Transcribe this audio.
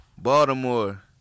Baltimore